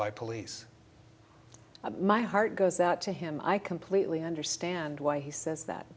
by police my heart goes out to him i completely understand why he says that